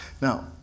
Now